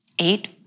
Eight